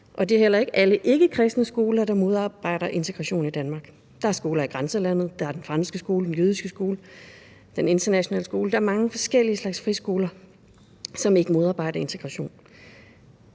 at det heller ikke er alle ikkekristne skoler, der modarbejder integration i Danmark. Der er skoler i grænselandet, den franske skole, den jødiske skole og den internationale skole – der er mange forskellige slags friskoler, som ikke modarbejder integrationen.